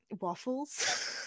waffles